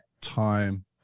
time